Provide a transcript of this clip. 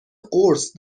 قرص